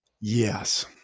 Yes